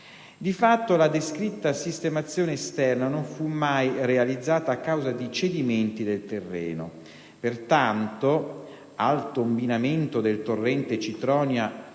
Di fatto la descritta sistemazione esterna non fu mai realizzata a causa di cedimenti del terreno. Pertanto, al tombinamento del torrente Citronia non